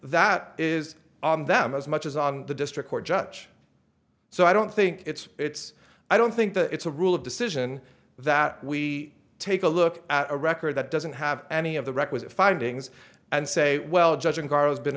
that is on them as much as on the district court judge so i don't think it's it's i don't think it's a rule of decision that we take a look at a record that doesn't have any of the requisite findings and say well judge and carl has been